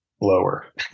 lower